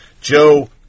Joe